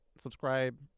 subscribe